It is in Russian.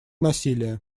насилие